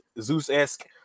zeus-esque